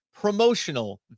promotional